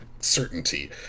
certainty